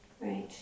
Right